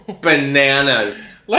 bananas